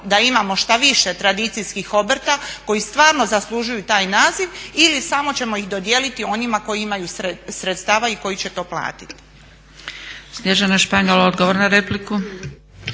da imamo šta više tradicijskih obrta koji stvarno zaslužuju taj naziv ili samo ćemo ih dodijeliti onima koji imaju sredstava i koji će to platiti.